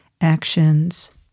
actions